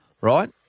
Right